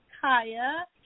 Kaya